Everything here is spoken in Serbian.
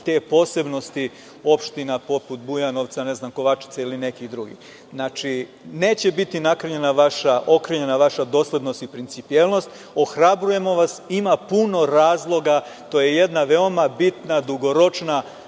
te posebnosti opština poput Bujanovca, ne znam Kovačice ili nekih drugih. Neće biti okrnjena vaša doslednost i principijelnost. Ohrabrujemo vas. Ima puno razloga. To je jedna veoma bitna dugoročna,